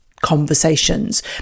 conversations